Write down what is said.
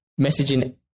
messaging